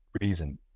reason